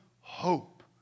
hope